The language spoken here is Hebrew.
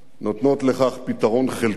נותנות לכך פתרון חלקי.